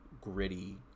gritty